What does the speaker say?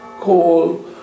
coal